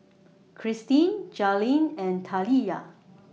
Kirstin Jailyn and Taliyah